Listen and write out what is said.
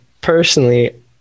personally